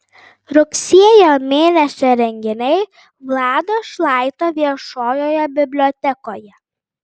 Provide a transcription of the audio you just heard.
rugsėjo mėnesio renginiai vlado šlaito viešojoje bibliotekoje